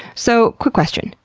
so, quick question,